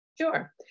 Sure